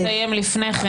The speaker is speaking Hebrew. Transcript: --- זה יסתיים לפני כן,